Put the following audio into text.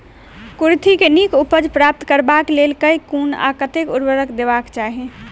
कुर्थी केँ नीक उपज प्राप्त करबाक लेल केँ कुन आ कतेक उर्वरक देबाक चाहि?